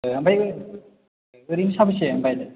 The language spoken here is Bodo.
ओमफ्रायो ओरैनो साबैसे ओमफ्राय